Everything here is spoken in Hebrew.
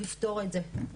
נפתור את זה.